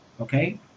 Okay